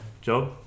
job